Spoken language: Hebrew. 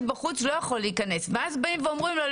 בחוץ ולא יכול להיכנס ואז באים ואומרים לו,